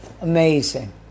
amazing